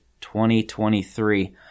2023